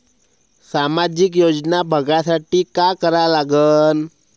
सामाजिक योजना बघासाठी का करा लागन?